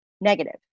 negative